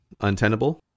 untenable